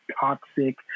toxic